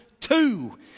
two